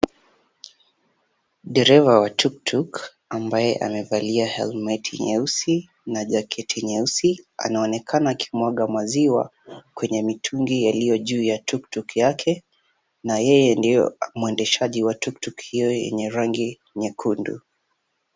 Dereva wa tuktuk ambaye amevalia helmeti nyeusi na jaketi nyeusi anaonekana akimwaga maziwa kwenye mitungi yaliyo juu ya tuktuk yake na yeye ndio mwendeshaji wa tuktuk hiyo yenye rangi nyekundu.